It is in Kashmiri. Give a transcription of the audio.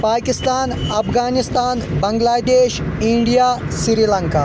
Pakistan Afghanistan Bangladesh India Sri Lanka